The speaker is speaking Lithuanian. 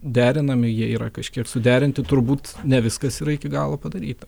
derinami jie yra kažkiek suderinti turbūt ne viskas yra iki galo padaryta